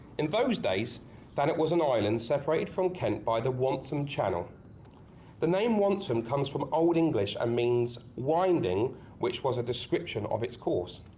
in those days than it was an island separated from kent by the wantsum channel the name wantsum comes from old english and means winding which was a description of its course